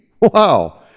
Wow